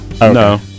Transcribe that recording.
No